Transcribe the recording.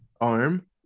arm